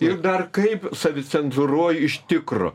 ir dar kaip savicenzūruoju iš tikro